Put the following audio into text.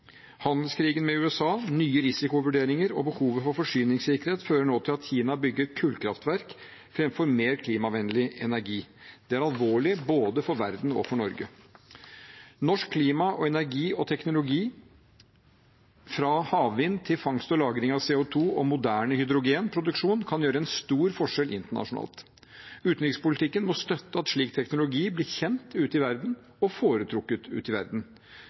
Handelskrigen med USA, nye risikovurderinger og behovet for forsyningssikkerhet fører nå til at Kina bygger kullkraftverk framfor mer klimavennlig energi. Det er alvorlig, både for verden og for Norge. Norsk klima og energi og teknologi, fra havvind til fangst og lagring av CO 2 og moderne hydrogenproduksjon, kan gjøre en stor forskjell internasjonalt. Utenrikspolitikken må støtte at slik teknologi blir kjent ute i verden og foretrukket ute i verden.